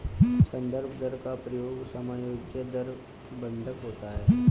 संदर्भ दर का प्रयोग समायोज्य दर बंधक होता है